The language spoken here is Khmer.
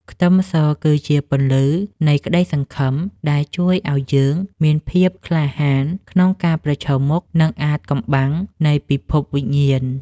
ខ្ទឹមសគឺជាពន្លឺនៃក្តីសង្ឃឹមដែលជួយឱ្យយើងមានភាពក្លាហានក្នុងការប្រឈមមុខនឹងអាថ៌កំបាំងនៃពិភពវិញ្ញាណ។